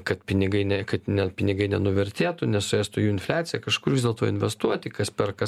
kad pinigai ne kad ne pinigai nenuvertėtų nesuėstų jų infliacija kažkur vis dėlto investuoti kas perka